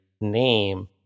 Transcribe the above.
name